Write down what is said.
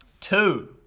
Two